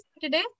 today